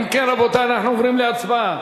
אם כן, רבותי, אנחנו עוברים להצבעה.